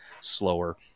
slower